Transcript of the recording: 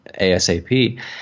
ASAP